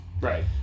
right